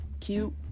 cute